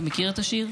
אתה מכיר את השיר?